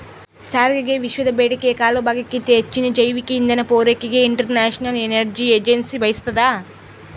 ಸಾರಿಗೆಗೆವಿಶ್ವದ ಬೇಡಿಕೆಯ ಕಾಲುಭಾಗಕ್ಕಿಂತ ಹೆಚ್ಚಿನ ಜೈವಿಕ ಇಂಧನ ಪೂರೈಕೆಗೆ ಇಂಟರ್ನ್ಯಾಷನಲ್ ಎನರ್ಜಿ ಏಜೆನ್ಸಿ ಬಯಸ್ತಾದ